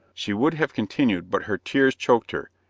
she would have continued, but her tears choked her,